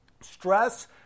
Stress